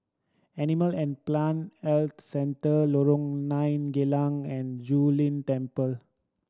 Animal and Plant Health Centre Lorong Nine Geylang and Zu Lin Temple